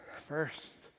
first